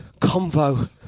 convo